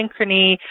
Synchrony